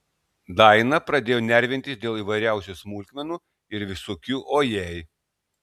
daina pradėjo nervintis dėl įvairiausių smulkmenų ir visokių o jei